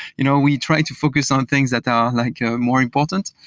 you know we try to focus on things that are like yeah more important,